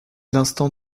l’instant